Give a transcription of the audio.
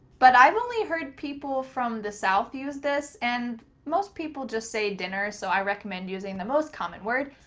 but i've only heard people from the south use this and most people just say dinner, so i recommend using the most common word,